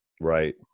Right